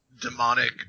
demonic